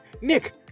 Nick